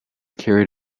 carried